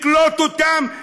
לקלוט אותם,